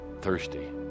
thirsty